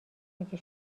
میگه